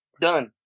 done